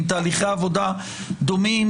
עם תהליכי עבודה דומים?